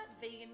vegan